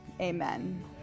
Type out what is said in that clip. Amen